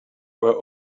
were